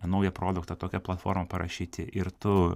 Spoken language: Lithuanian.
naują produktą tokią platformą parašyti ir tu